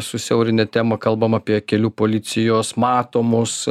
susiaurinę temą kalbam apie kelių policijos matomus